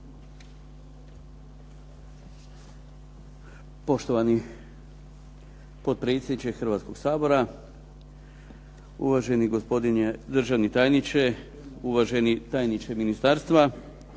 Poštovani potpredsjedniče Hrvatskog sabora, uvaženi gospodine državni tajniče, uvaženi tajniče ministarstva,